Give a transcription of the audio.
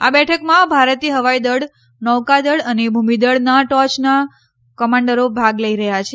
આ બેઠકમાં ભારતીય હવાઈદળ નૌકાદળ અને ભૂમિ દળના ટોચના કમાન્ડરો ભાગ લઈ રહ્યા છે